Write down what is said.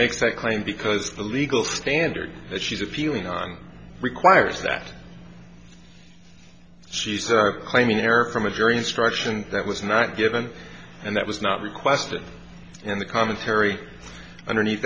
makes that claim because the legal standard that she's appealing on requires that she's claiming error from a jury instruction that was not given and that was not requested and the commentary underneath